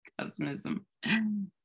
Cosmism